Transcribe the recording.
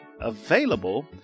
available